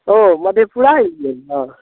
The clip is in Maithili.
ओ मधेपुरा अयलियै यऽ